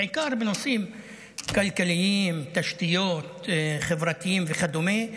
בעיקר בנושאים כלכליים, תשתיות, חברתיים וכדומה,